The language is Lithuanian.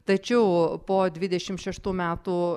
tačiau po dvidešim šeštų metų